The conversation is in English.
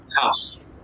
house